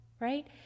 Right